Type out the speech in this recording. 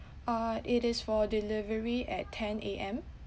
uh it is for delivery at ten A_M